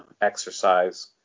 exercise